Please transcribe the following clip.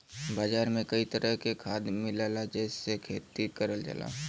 बाजार में कई तरह के खाद मिलला जेसे खेती करल जाला